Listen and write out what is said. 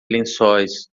lençóis